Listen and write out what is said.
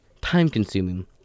time-consuming